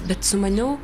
bet sumaniau